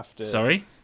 Sorry